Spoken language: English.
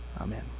Amen